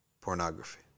pornography